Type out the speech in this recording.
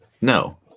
No